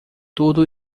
tudo